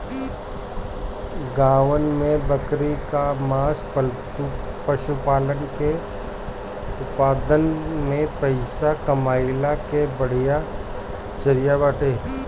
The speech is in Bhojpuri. गांवन में बकरी कअ मांस पशुपालन के उत्पादन में पइसा कमइला के बढ़िया जरिया बाटे